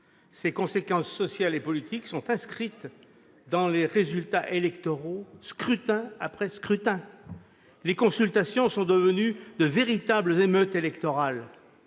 Ses conséquences sociales et politiques sont inscrites dans les résultats électoraux, scrutin après scrutin. Les consultations sont devenues de véritables « émeutes électorales